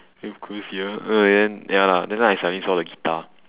look who's here uh then ya lah then I suddenly saw the guitar